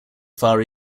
far